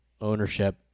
ownership